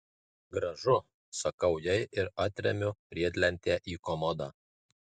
gražu sakau jai ir atremiu riedlentę į komodą